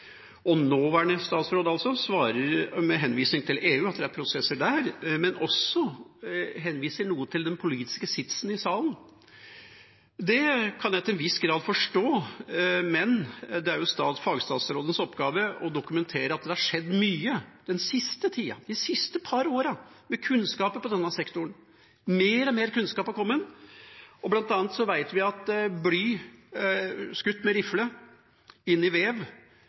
og nåværende statsråd svarer med henvisning til EU, at det er prosesser der, men de henviser også noe til den politiske sitsen i salen. Det kan jeg til en viss grad forstå. Men det er jo fagstatsrådens oppgave å dokumentere at det har skjedd mye den siste tida, de siste par årene, med kunnskaper på denne sektoren. Mer og mer kunnskap har kommet. Blant annet vet vi at bly skutt med rifle inn i vev